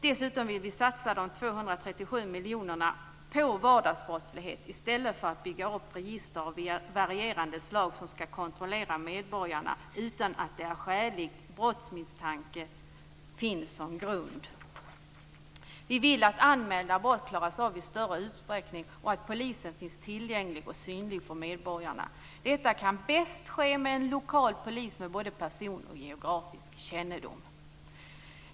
Dessutom vill vi satsa de 237 miljonerna på vardagsbrottslighet i stället för att bygga upp register av varierande slag som skall kontrollera medborgarna utan att någon skälig brottsmisstanke finns som grund. Vi vill att anmälda brott skall klaras av i större utsträckning och att polisen finns tillgänglig och synlig för medborgarna. Detta kan bäst ske med en lokal polis med både personkännedom och geografisk kännedom.